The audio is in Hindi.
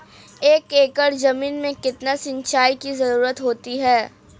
एक एकड़ ज़मीन में कितनी सिंचाई की ज़रुरत होती है?